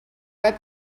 web